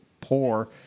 poor